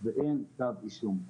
עדיין אין כתב אישום.